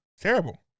Terrible